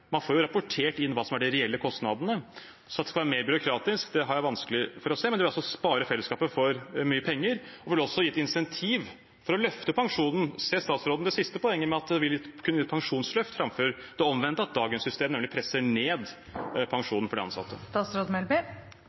man får jo rapportert inn hva som er de reelle kostnadene. At det skal være mer byråkratisk, har jeg vanskelig for å tro. Det ville spare fellesskapet for mye penger og ville også gitt et insentiv til å løfte pensjonen. Ser statsråden det siste poenget – at det kunne gitt et pensjonsløft, framfor det omvendte, at dagens system heller presser ned pensjonen for de ansatte?